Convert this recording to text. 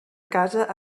casa